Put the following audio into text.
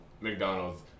McDonald's